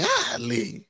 Golly